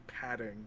padding